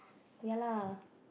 ya lah